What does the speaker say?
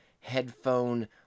headphone